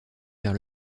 vers